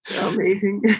amazing